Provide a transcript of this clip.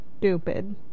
stupid